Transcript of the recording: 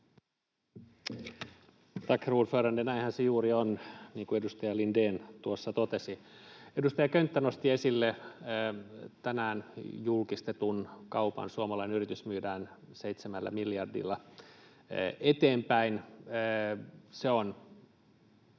Näinhän se juuri on, niin kuin edustaja Lindén tuossa totesi. Edustaja Könttä nosti esille tänään julkistetun kaupan. Suomalainen yritys myydään 7 miljardilla eteenpäin.